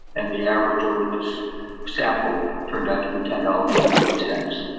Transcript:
and the average over this sample turned out to be ten dollars. eighty eight cents.